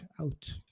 out